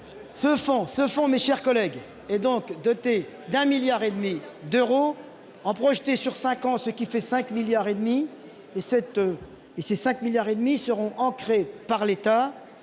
ce fond, mes chers collègues. Et donc doté d'un milliard et demi d'euros en projeté sur 5 ans, ce qui fait 5 milliards et demi et sept et ces 5 milliards et demi seront ancrés par l'État